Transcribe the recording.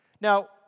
Now